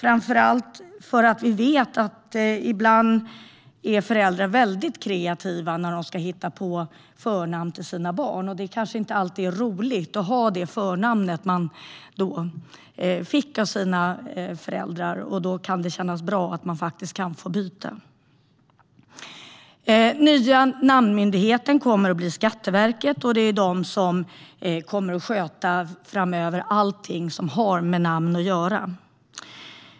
Vi vet att föräldrar ibland är väldigt kreativa när de hittar på förnamn till sina barn. Det kanske inte alltid är roligt att ha det förnamn man fick av sina föräldrar, och då kan det kännas bra att få byta. Ny namnmyndighet kommer att bli Skatteverket, som framöver kommer att sköta allt som har med namn att göra.